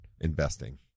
investing